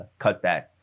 cutback